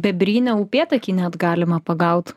bebryne upėtakį net galima pagaut